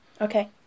Okay